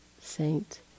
saint